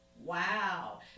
Wow